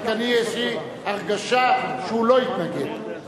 רק אני, יש לי הרגשה שהוא לא יתנגד.